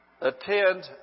attend